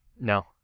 No